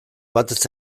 batez